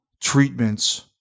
treatments